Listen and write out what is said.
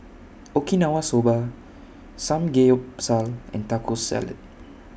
Okinawa Soba Samgeyopsal and Taco Salad